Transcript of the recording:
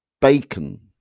bacon